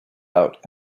out